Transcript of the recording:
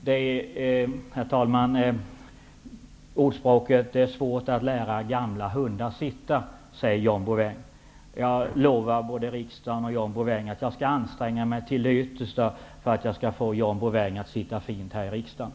Herr talman! John Bouvin använder ordspråket: Det är svårt att lära gamla hundar sitta. Jag lovar både riksdagen och John Bouvin att jag skall anstränga mig till det yttersta för att få John Bouvin att sitta fint här i riksdagen.